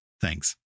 Thanks